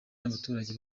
n’abaturage